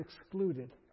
excluded